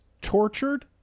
tortured